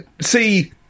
see